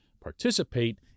participate